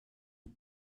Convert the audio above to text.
det